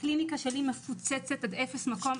הקליניקה שלי מפוצצת עד אפס מקום,